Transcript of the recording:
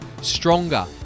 stronger